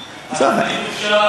התוכנית הוגשה לראשי הרשויות,